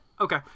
okay